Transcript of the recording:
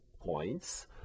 points